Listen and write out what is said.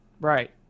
Right